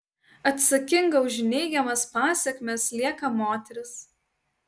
atsakinga už neigiamas pasekmes lieka moteris